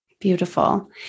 Beautiful